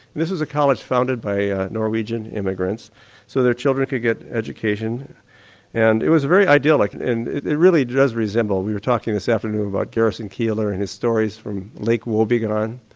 this was a college founded by norwegian immigrants so their children could get education and it was very idyllic and and it really does resemble and we were talking this afternoon about garrison keillor and his stories from lake woebegone,